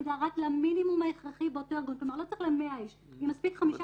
את המודעות לכך שלא כל הודעה שיש בווטסאפ צריך להעביר.